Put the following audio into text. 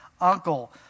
uncle